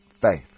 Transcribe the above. Faith